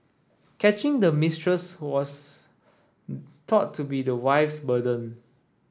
catching the mistress was thought to be the wife's burden